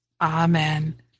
Amen